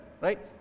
right